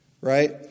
right